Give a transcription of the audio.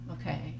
Okay